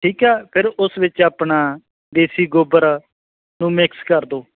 ਠੀਕ ਆ ਫਿਰ ਉਸ ਵਿੱਚ ਆਪਣਾ ਦੇਸੀ ਗੋਬਰ ਨੂੰ ਮਿਕਸ ਕਰ ਦਿਓ